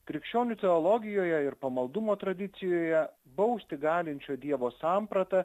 krikščionių teologijoje ir pamaldumo tradicijoje bausti galinčio dievo samprata